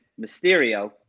Mysterio